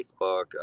facebook